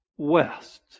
West